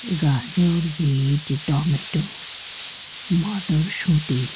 গাজর beet tomato মটর শুঁটি